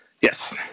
Yes